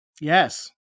Yes